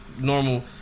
normal